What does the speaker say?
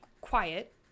quiet